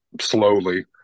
slowly